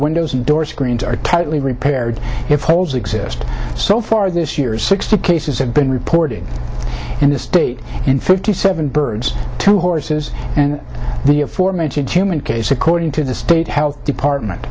windows and door screens are tightly repaired if holes exist so far this year sixty cases have been reporting in the state in fifty seven birds two horses and the aforementioned human case according to the state health department